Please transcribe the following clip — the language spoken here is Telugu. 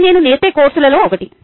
ఇది నేను నేర్పే కోర్సులలో ఒకటి